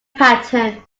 pattern